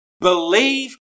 Believe